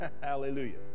Hallelujah